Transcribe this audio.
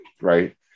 right